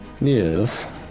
Yes